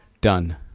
Done